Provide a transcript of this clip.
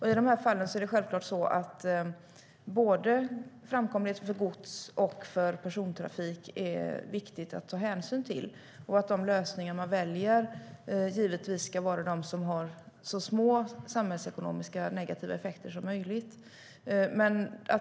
I dessa fall är givetvis både framkomligheten för gods och för persontrafik viktigt att ta hänsyn till, och man ska givetvis välja de lösningar som har så små samhällsekonomiskt negativa effekter som möjligt.